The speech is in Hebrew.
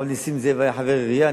חבר הכנסת נסים זאב היה חבר עירייה,